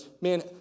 man